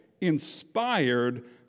inspired